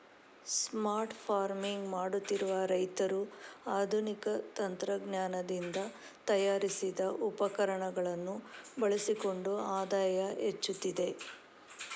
smart farming ಮಾಡುತ್ತಿರುವ ರೈತರು ಆಧುನಿಕ ತಂತ್ರಜ್ಞಾನದಿಂದ ತಯಾರಿಸಿದ ಉಪಕರಣಗಳನ್ನು ಬಳಸಿಕೊಂಡು ಆದಾಯ ಹೆಚ್ಚುತ್ತಿದೆ